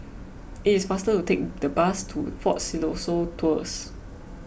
it is faster to take the bus to fort Siloso Tours